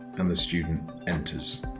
and the student enters